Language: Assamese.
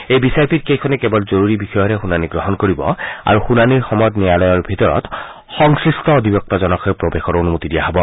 এই বিচাৰপীঠ কেইখনে কেৱল জৰুৰী বিষয়ৰহে শুনানি গ্ৰহণ কৰিব আৰু শুনানিৰ সময়ত ন্যায়ালয়ৰ ভিতৰত সংশ্লিষ্ট অধিবক্তাজনকহে প্ৰৱেশৰ অনুমতি দিয়া হব